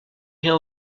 rien